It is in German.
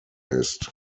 ist